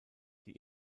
die